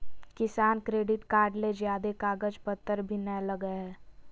किसान credit card ले ज्यादे कागज पतर भी नय लगय हय